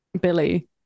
Billy